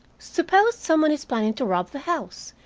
suppose some one is planning to rob the house,